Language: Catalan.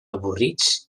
avorrits